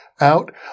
out